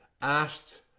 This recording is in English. asked